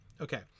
Okay